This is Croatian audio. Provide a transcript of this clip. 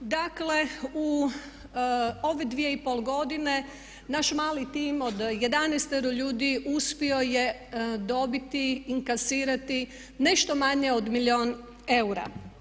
Dakle, u ove 2,5 godine naš mali tim od 11 ljudi uspio je dobiti inkasirati nešto manje od milijun eura.